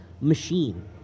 machine